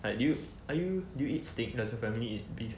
like do you are you do you eat steak does your family eat beef